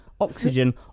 Oxygen